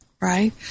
right